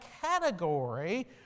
category